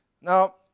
Now